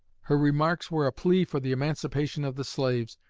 her remarks were a plea for the emancipation of the slaves,